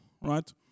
right